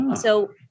So-